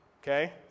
Okay